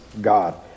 God